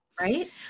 Right